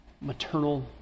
Maternal